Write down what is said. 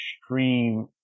extreme